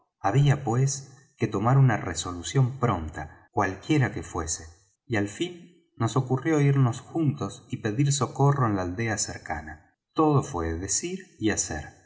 había pues que tomar una resolución pronta cualquiera que fuese y al fin nos ocurrió irnos juntos y pedir socorro en la aldea cercana todo fué decir y hacer